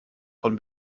von